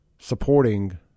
Supporting